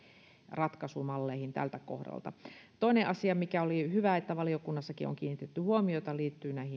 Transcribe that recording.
ratkaisumalleihin tämän kohdalla toinen asia mihin on valiokunnassakin hyvin kiinnitetty huomiota liittyy